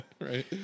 Right